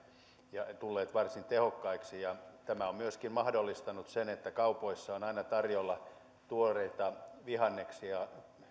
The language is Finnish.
ja tulleet varsin tehokkaiksi tämä on myöskin mahdollistanut sen että kaupoissa on aina tarjolla tuoreita vihanneksia